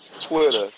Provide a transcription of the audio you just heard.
Twitter